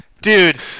dude